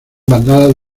bandadas